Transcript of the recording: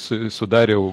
su sudarė